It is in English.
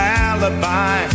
alibi